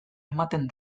ematen